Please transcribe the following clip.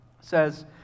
says